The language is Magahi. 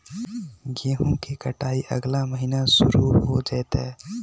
गेहूं के कटाई अगला महीना शुरू हो जयतय